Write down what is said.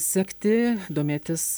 sekti domėtis